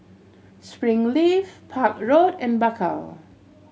Springleaf Park Road and Bakau